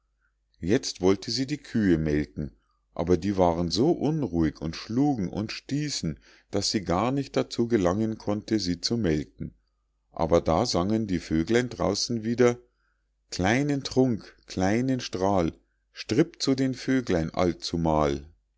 jetzt wollte sie die kühe melken aber die waren so unruhig und schlugen und stießen so daß sie gar nicht dazu gelangen konnte sie zu melken aber da sangen die vöglein draußen wieder kleinen trunk kleinen strahl stripp zu den vöglein allzumal